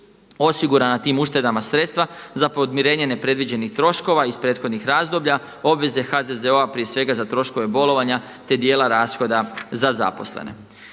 osigurana tim uštedama sredstva za podmirenje nepredviđenih troškova iz prethodnih razdoblja, obveze HZZO prije svega za troškove bolovanja, te djela rashoda za zaposlene.